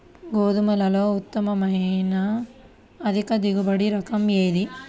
గోధుమలలో ఉత్తమమైన అధిక దిగుబడి రకం ఏది?